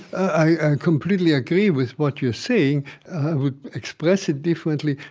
i completely agree with what you're saying. i would express it differently,